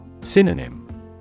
Synonym